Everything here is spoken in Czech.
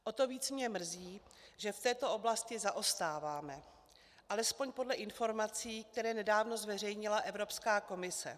O to víc mě mrzí, že v této oblasti zaostáváme, alespoň podle informací, které nedávno zveřejnila Evropská komise.